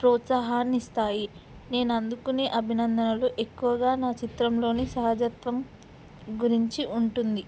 ప్రోత్సాహాన్నిస్తాయి నేను అందుకునే అభినందనలు ఎక్కువగా నా చిత్రంలోని సహజత్వం గురించి ఉంటుంది